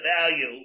value